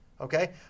Okay